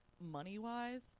money-wise